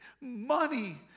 Money